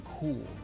cool